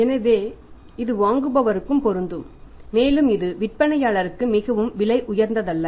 எனவே இது வாங்குபவருக்கும் பொருந்தும் மேலும் இது விற்பனையாளருக்கும் மிகவும் விலை உயர்ந்ததல்ல